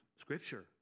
Scripture